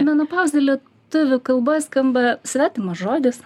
menopauzė lietuvių kalboj skamba svetimas žodis